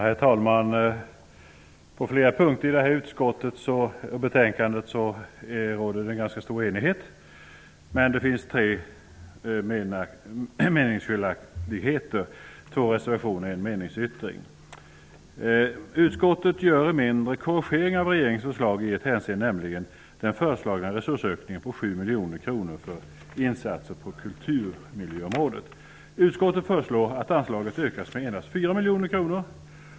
Herr talman! På flera punkter i utskottsbetänkandet råder ganska stor enighet, men det finns tre meningsskiljaktigheter i form av två reservationer och en meningsyttring. Utskottet gör en mindre korrigering av regeringens förslag i ett hänseende, nämligen beträffande den föreslagna resursökningen på 7 miljoner kronor för insatser på kulturmiljöområdet. Utskottet föreslår att anslaget ökas med endast 4 miljoner kronor.